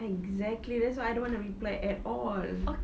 exactly that's why I don't want to reply at all